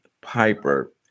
Piper